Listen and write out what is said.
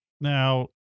Now